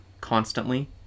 constantly